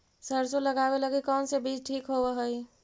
सरसों लगावे लगी कौन से बीज ठीक होव हई?